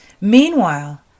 Meanwhile